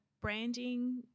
branding